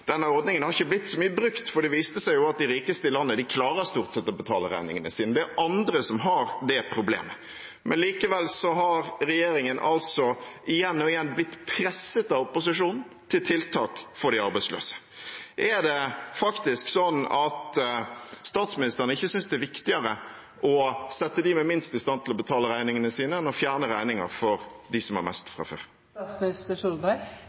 Denne ordningen har ikke blitt så mye brukt, for det viste seg jo at de rikeste i landet stort sett klarer å betale regningene sine. Det er andre som har det problemet. Likevel har regjeringen igjen og igjen blitt presset av opposisjonen til tiltak for de arbeidsløse. Er det faktisk slik at statsministeren ikke synes det er viktigere å sette dem med minst i stand til å betale regningene sine, enn å fjerne regninger for dem som har